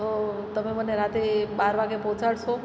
તો તમે મને રાતે બાર વાગ્યે પહોંચાડશો